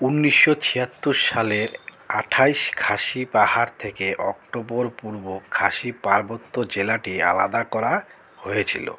উন্নিশশো ছিয়াত্তর সালের আঠাশ খাসি পাহাড় থেকে অক্টোবর পূর্ব খাসি পার্বত্য জেলাটি আলাদা করা হয়েছিলো